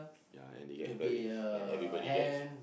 ya and they get very and everybody gets